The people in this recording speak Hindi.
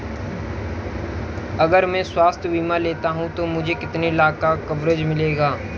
अगर मैं स्वास्थ्य बीमा लेता हूं तो मुझे कितने लाख का कवरेज मिलेगा?